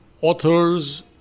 authors